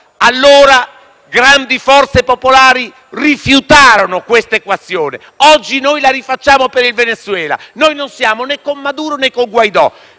Allora grandi forze popolari rifiutarono quest'equazione, che oggi rifacciamo per il Venezuela: noi non siamo né con Maduro, né con Guaidó.